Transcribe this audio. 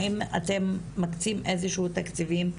האם אתם מקציבים איזשהו תקציבים?